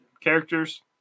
characters